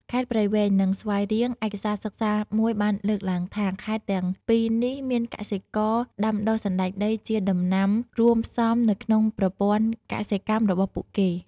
ខេត្តព្រៃវែង និងស្វាយរៀង ឯកសារសិក្សាមួយបានលើកឡើងថា ខេត្តទាំងពីរនេះមានកសិករដាំដុះសណ្តែកដីជាដំណាំរួមផ្សំនៅក្នុងប្រព័ន្ធកសិកម្មរបស់ពួកគេ។